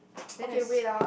then I